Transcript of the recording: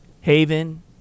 Haven